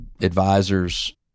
advisors